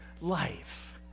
life